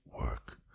work